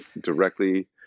directly